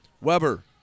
Weber